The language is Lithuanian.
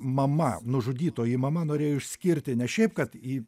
mama nužudytoji mama norėjo išskirti ne šiaip kad į